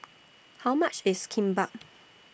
How much IS Kimbap